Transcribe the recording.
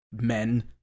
Men